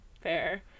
Fair